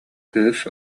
кыыс